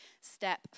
step